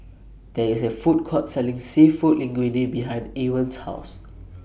There IS A Food Court Selling Seafood Linguine behind Ewin's House